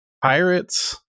pirates